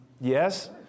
Yes